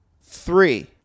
Three